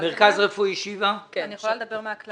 קופת חולים